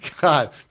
God